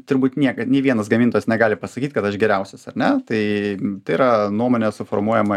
turbūt niekad nei vienas gamintojas negali pasakyt kad aš geriausias ar ne tai tai yra nuomonė suformuojama